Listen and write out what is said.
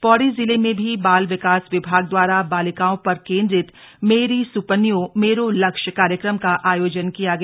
पौड़ी जिले में भी बाल विकास विभाग द्वारा बालिकाओं पर केन्द्रित मेरु सुपन्यू मेरो लक्ष्य कार्यक्रम का आयोजन किया गया